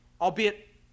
albeit